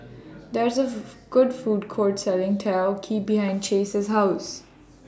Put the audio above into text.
There IS A Food Court Selling Takoyaki behind Chace's House